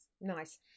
Nice